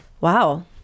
wow